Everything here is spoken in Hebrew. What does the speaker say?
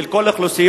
של כל האוכלוסיות,